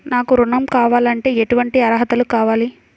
నాకు ఋణం కావాలంటే ఏటువంటి అర్హతలు కావాలి?